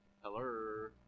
Hello